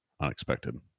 unexpected